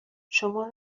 شما